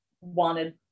wanted